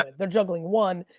they're juggling one,